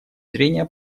зрения